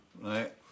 right